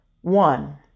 one